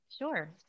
Sure